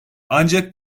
ancak